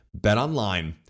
BetOnline